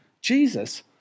Jesus